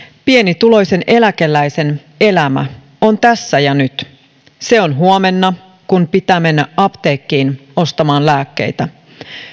pienituloisen eläkeläisen elämä on tässä ja nyt se on huomenna kun pitää mennä apteekkiin ostamaan lääkkeitä